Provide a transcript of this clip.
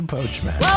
Poachman